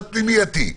פנימייתי,